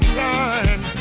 time